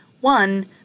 One